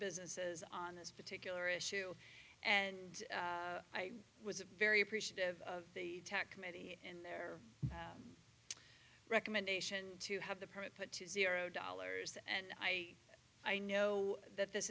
businesses on this particular issue and i was very appreciative of the tech committee and their recommendation to have the permit put to zero dollars and i i know that this